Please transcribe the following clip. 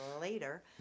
later